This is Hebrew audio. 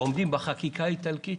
עומדים בחקיקה האיטלקית?